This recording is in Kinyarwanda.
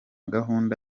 gahunda